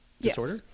disorder